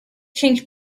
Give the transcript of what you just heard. change